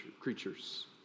Creatures